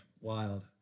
Wild